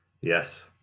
Yes